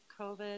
COVID